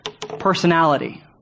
personality